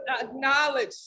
acknowledge